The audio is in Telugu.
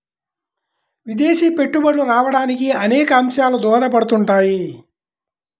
విదేశీ పెట్టుబడులు రావడానికి అనేక అంశాలు దోహదపడుతుంటాయి